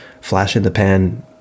flash-in-the-pan